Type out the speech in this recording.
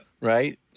right